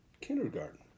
kindergarten